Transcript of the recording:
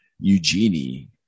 Eugenie